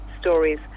stories